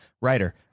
writer